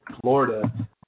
Florida